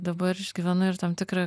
dabar išgyvenu ir tam tikrą